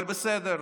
אבל בסדר,